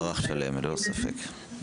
מערך שלם, ללא ספק.